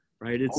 right